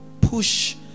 push